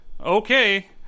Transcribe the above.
Okay